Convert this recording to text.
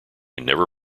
never